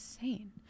insane